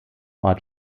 ort